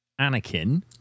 Anakin